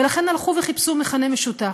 ולכן הלכו וחיפשו מכנה משותף.